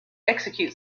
execute